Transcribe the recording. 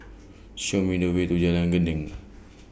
Show Me The Way to Jalan Gendang